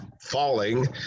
falling